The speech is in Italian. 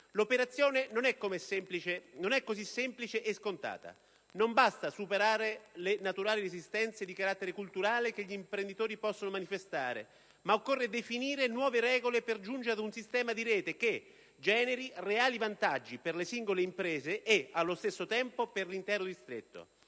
L'operazione non è così semplice e scontata; non basta superare le naturali resistenze di carattere culturale che gli imprenditori possono manifestare, ma occorre definire nuove regole per giungere ad un sistema di rete che generi reali vantaggi per le singole imprese e allo stesso tempo per l'intero distretto.